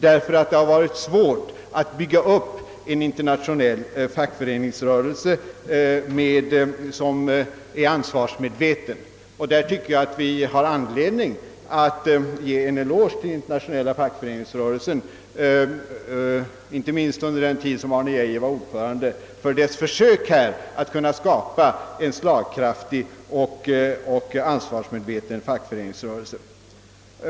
Det har varit svårt att bygga upp en fackföreningsrörelse som är ansvarsmedveten. På den punkten tycker jag att vi har anledning att ge den internationella fackföreningsrörelsen en eloge — inte minst gäller detta den tid som Arne Geijer var ordförande — för dess försök att skapa en slagkraftig och ansvarsmedveten fackföreningsrörelse.